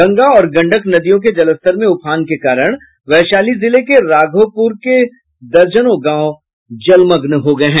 गंगा और गंडक नदियों के जलस्तर में उफान के कारण वैशाली जिले के राघोपुर के कई दर्जनों गांव जलमग्न हो गये हैं